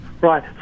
Right